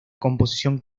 composición